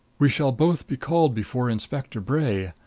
we shall both be called before inspector bray.